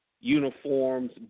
uniforms